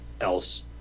else